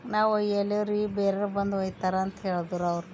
ನಾವು ಒಯ್ಯಲ್ಲರಿ ಬೇರೆರು ಬಂದು ಒಯ್ತಾರೆ ಅಂತ ಹೇಳದ್ರು ಅವ್ರು